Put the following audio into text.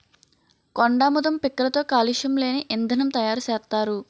కొండాముదం పిక్కలతో కాలుష్యం లేని ఇంధనం తయారు సేత్తారు